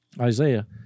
Isaiah